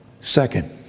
Second